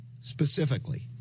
Specifically